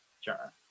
Sure